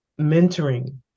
mentoring